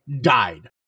died